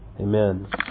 Amen